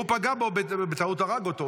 והוא פגע בו ובטעות הרג אותו.